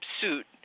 suit